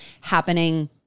happening